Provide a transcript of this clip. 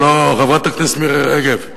הלוא, חברת הכנסת מירי רגב,